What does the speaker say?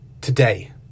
today